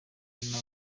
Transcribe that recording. amerika